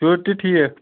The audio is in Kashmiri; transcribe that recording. شُرۍ تہِ ٹھیٖک